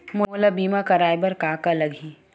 मोला बीमा कराये बर का का लगही?